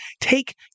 take